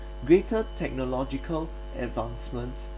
greater technological advancements